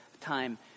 time